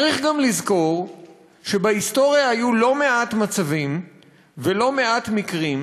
צריך גם לזכור שבהיסטוריה היו לא מעט מצבים ולא מעט מקרים